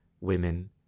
women